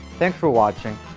thanks for watching.